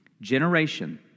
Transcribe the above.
Generation